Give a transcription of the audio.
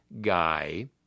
guy